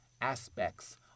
aspects